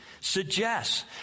suggests